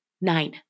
Nine